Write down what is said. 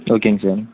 ஓகேங்க சார்